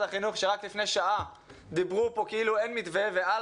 החינוך שרק לפני שעה דיברו פה כאילו אין מתווה ועל